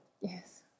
Yes